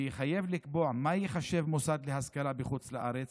שיחייב לקבוע מה ייחשב מוסד להשכלה בחוץ לארץ